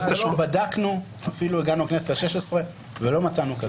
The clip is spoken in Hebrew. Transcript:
הגעתי אפילו לכנסת ה-16 ולא מצאתי.